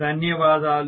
ధన్యవాదాలు